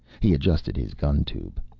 he adjusted his gun tube.